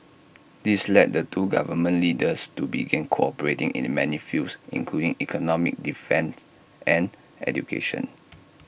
this led the two government leaders to begin cooperating in many fields including economics defence and education